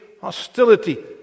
hostility